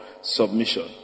submission